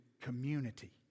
community